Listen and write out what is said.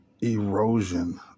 erosion